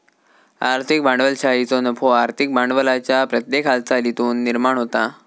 आर्थिक भांडवलशाहीचो नफो आर्थिक भांडवलाच्या प्रत्येक हालचालीतुन निर्माण होता